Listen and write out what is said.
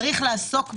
צריך לעסוק בזה.